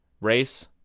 Race